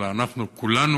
אלא אנחנו כולנו,